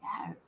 Yes